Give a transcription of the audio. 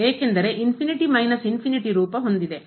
ಏಕೆಂದರೆ ರೂಪ ಹೊಂದಿವೆ